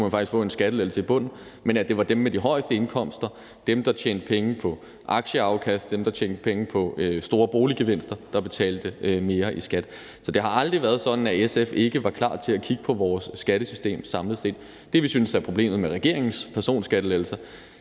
man faktisk få en skattelettelse i bunden – men at det var dem med de højeste indkomster, dem, der tjente penge på aktieafkast, dem, der tjente penge på store boliggevinster, som betalte mere i skat. Så det har aldrig været sådan, at SF ikke var klar til at kigge på vores skattesystem samlet set. Det, vi synes er problemet med regeringens personskattelettelser,